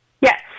Yes